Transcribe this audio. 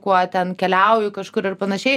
kuo ten keliauju kažkur ir panašiai